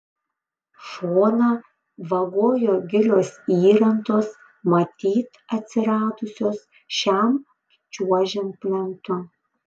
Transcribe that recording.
šoną vagojo gilios įrantos matyt atsiradusios šiam čiuožiant plentu